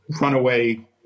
runaway